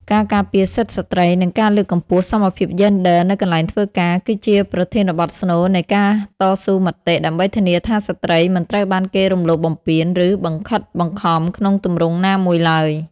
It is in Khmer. ការការពារសិទ្ធិស្ត្រី និងការលើកកម្ពស់សមភាពយេនឌ័រនៅកន្លែងធ្វើការ គឺជាប្រធានបទស្នូលនៃការតស៊ូមតិ ដើម្បីធានាថាស្រ្តីមិនត្រូវបានគេរំលោភបំពាន ឬបង្ខិតបង្ខំក្នុងទម្រង់ណាមួយឡើយ។